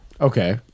Okay